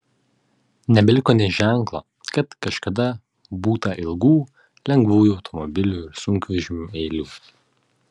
nebeliko nė ženklo kad kažkada būta ilgų lengvųjų automobilių ir sunkvežimių eilių